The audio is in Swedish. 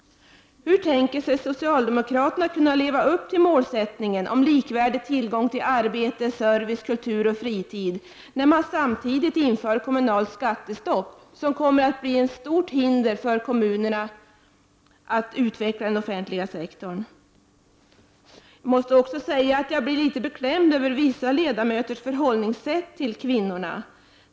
Hur tänker sig socialdemokraterna att kunna leva upp till målsättningen om likvärdig tillgång till arbete, service, kultur och fritid, när man samtidigt inför kommunalt skattestopp, som kommer att bli ett stort hinder för kommunerna att utveckla den offentliga sektorn? Jag måste också säga att jag blir litet beklämd över vissa ledamöters förhållningssätt till kvinnor.